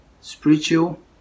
spiritual